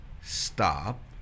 stop